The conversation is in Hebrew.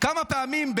כמה פעמים,